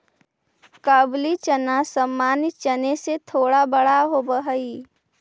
काबुली चना सामान्य चने से थोड़ा बड़ा होवअ हई